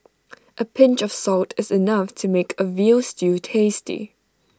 A pinch of salt is enough to make A Veal Stew tasty